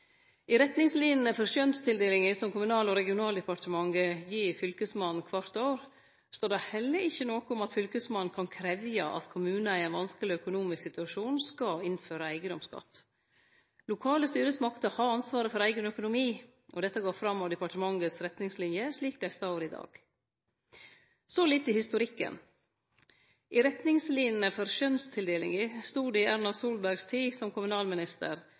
I retningslinene for skjønstildelinga som Kommunal- og regionaldepartementet gir Fylkesmannen kvart år, står det heller ikkje noko om at Fylkesmannen kan krevje at kommunar i ein vanskeleg økonomisk situasjon skal innføre eigedomsskatt. Lokale styresmakter har ansvaret for eigen økonomi, og dette går fram av departementets retningsliner, slik dei er i dag. Så litt til historikken. I retningslinene for skjønstildelinga stod det i Erna Solbergs tid som kommunalminister